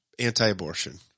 anti-abortion